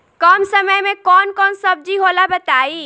कम समय में कौन कौन सब्जी होला बताई?